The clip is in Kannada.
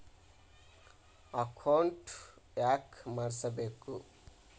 ಅಕೌಂಟ್ ಯಾಕ್ ಮಾಡಿಸಬೇಕು?